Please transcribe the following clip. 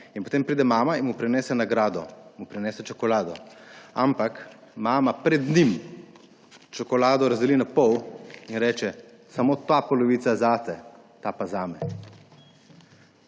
Potem pride mama in mu prinese nagrado, mu prinese čokolado. Ampak mama pred njim čokolado razdeli na pol in reče: »Samo ta polovica je zate, ta pa je